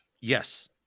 yes